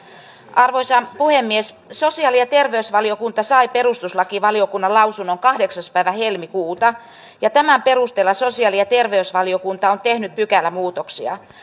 arvoisa puhemies sosiaali ja terveysvaliokunta sai perustuslakivaliokunnan lausunnon kahdeksas päivä helmikuuta ja tämän perusteella sosiaali ja terveysvaliokunta on tehnyt pykälämuutoksia